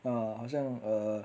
uh 好像 err